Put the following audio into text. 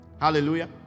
Hallelujah